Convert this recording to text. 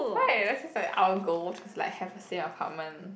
right that's just like our goal just like have a same apartment